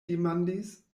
demandis